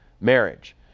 marriage